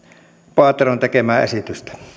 paateron tekemää esitystä